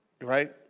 right